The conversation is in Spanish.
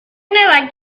nueva